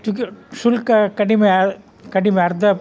TK ಶುಲ್ಕ ಕಡಿಮೆ ಕಡಿಮೆ ಅರ್ಧ